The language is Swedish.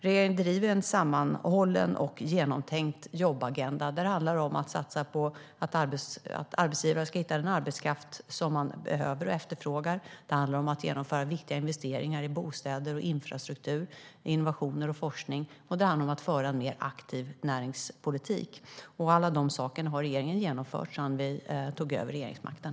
Regeringen driver en sammanhållen och genomtänkt jobbagenda som handlar om att satsa på att arbetsgivare ska hitta den arbetskraft de behöver och efterfrågar. Den handlar om att genomföra viktiga investeringar i bostäder och infrastruktur och i innovationer och forskning, och den handlar om att föra en mer aktiv näringspolitik. Allt detta har regeringen gjort sedan den tog över regeringsmakten.